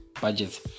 budgets